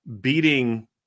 beating